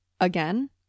again